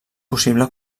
possible